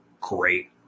Great